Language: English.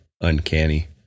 uncanny